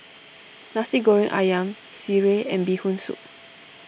Nasi Goreng Ayam Sireh and Bee Hoon Soup